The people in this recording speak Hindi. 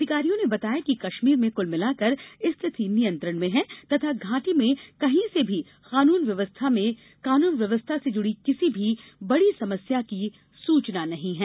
अधिकारियों ने बताया है कि कश्मीर में कुल मिलाकर स्थिति नियंत्रण में है तथा घाटी में कहीं से भी कानून व्यवस्था से जुड़ी किसी बड़ी समस्या की सूचना नहीं है